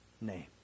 name